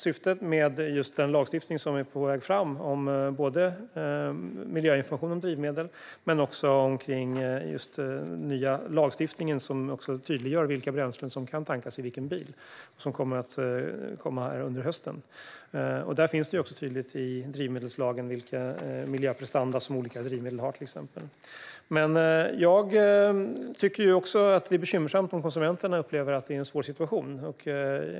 Syftet med den lagstiftning som är på gång om miljöinformation och drivmedel är att tydliggöra vilka bränslen som kan tankas i vilken bil. Den lagstiftningen kommer under hösten. Där finns också tydligt i drivmedelslagen vilken miljöprestanda som olika drivmedel har. Jag tycker också att det är bekymmersamt att konsumenterna upplever att det är en svår situation.